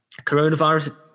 coronavirus